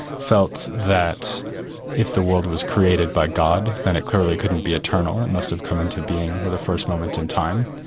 felt that if the world was created by god, then it clearly couldn't be eternal, it must have come into being with the first moment in time.